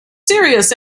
serious